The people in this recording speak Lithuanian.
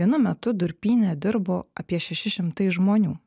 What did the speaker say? vienu metu durpyne dirbo apie šeši šimtai žmonių